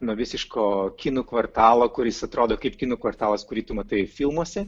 nuo visiško kinų kvartalo kuris atrodo kaip kinų kvartalas kurį tu matai filmuose